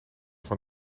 van